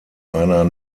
einer